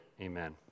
Amen